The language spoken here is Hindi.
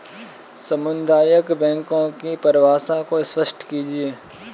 सामुदायिक बैंकों की परिभाषा को स्पष्ट कीजिए?